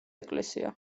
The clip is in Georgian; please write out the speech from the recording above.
ეკლესია